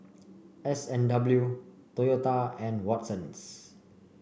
S and W Toyota and Watsons